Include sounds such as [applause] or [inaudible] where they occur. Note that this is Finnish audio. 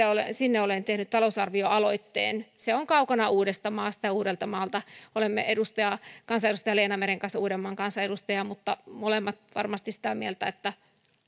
[unintelligible] ja sinne olen tehnyt talousarvioaloitteen se on kaukana uudeltamaalta olemme kansanedustaja leena meren kanssa uudenmaan kansanedustajia mutta molemmat varmasti sitä mieltä että